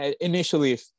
initially